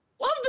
Love